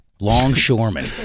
Longshoreman